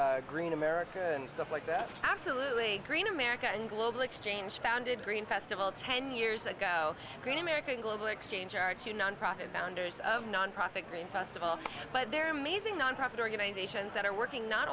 about green america and stuff like that absolutely green america and global exchange founded green festival ten years ago green america global exchange are two nonprofit founders of nonprofit green festival but they're amazing nonprofit organizations that are working not